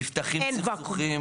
נפתחים סכסוכים